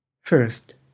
First